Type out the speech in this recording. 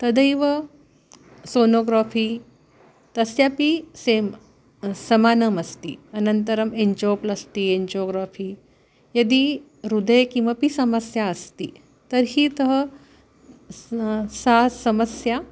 तदैव सोनोग्राफी़ तस्यापि सेम् समानमस्ति अनन्तरम् एञ्जोप्लस्ति एजोग्राफी़ यदि हृदे किमपि समस्या अस्ति तर्हि तत् सा समस्या